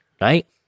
right